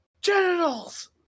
genitals